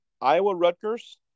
Iowa-Rutgers